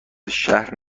شهر